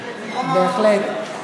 בהחלט.